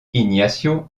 ignacio